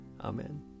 Amen